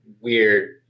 weird